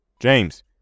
James